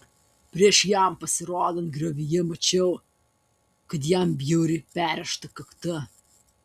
prieš jam pasirodant griovyje mačiau kad jam bjauriai perrėžta kakta